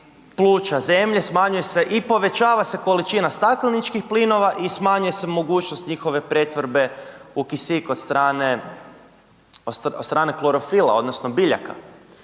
pluća zemlje, smanjuje se i povećava se količina stakleničkih plinova i smanjuje se mogućnost njihove pretvorbe u kisik od strane, od strane klorofila odnosno biljaka.